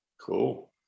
cool